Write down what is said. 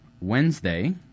Wednesday